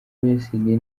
besigye